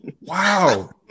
Wow